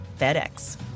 FedEx